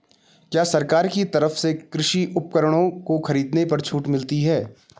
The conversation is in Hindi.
क्या सरकार की तरफ से कृषि उपकरणों के खरीदने में छूट मिलती है?